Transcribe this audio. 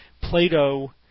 Plato